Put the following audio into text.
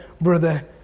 brother